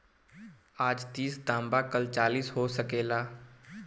आज तीस दाम बा काल चालीसो हो सकेला